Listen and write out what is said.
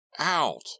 Out